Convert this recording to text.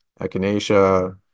echinacea